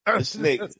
Snake